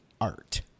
art